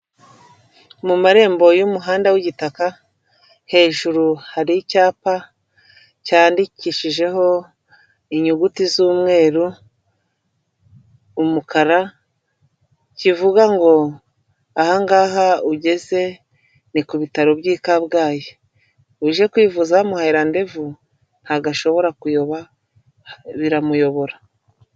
Mu marembo y'umuhanda w'igitaka hejuru hari icyapa cyandikishijeho inyuguti z'umweru, umukara kivuga ngo aha ngaha ugeze ni ku bitaro by'i Kabgayi uje kwivuza bamuhaye randevu ntabwo ashobora kuyoba biramuyobora.